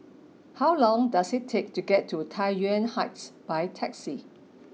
how long does it take to get to Tai Yuan Heights by taxi